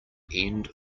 end